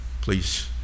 please